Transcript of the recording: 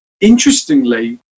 interestingly